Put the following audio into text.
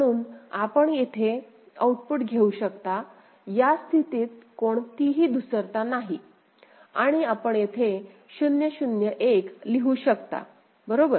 म्हणून आपण येथे हे आउटपुट घेऊ शकता या स्थितीत कोणतीही धूसरता नाही आणि आपण येथे 0 0 1 लिहू शकता बरोबर